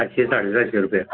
अशे साडे साठ रुपया